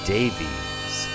Davies